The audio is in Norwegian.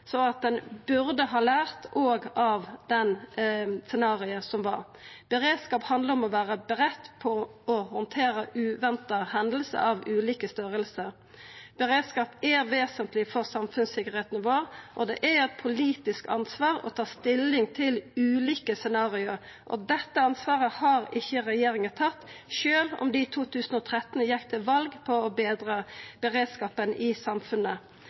ein burde ha lært òg av det scenarioet som var. Beredskap handlar om å vera budde på å handtera uventa hendingar av ulike storleikar. Beredskap er vesentleg for samfunnssikkerheita vår, og det er eit politisk ansvar å ta stilling til ulike scenario. Dette ansvaret har ikkje regjeringa tatt, sjølv om dei i 2013 gjekk til val på å betra beredskapen i samfunnet.